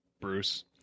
Bruce